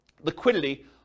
liquidity